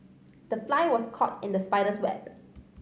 the fly was caught in the spider's web